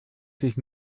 sich